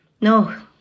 No